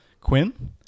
Quinn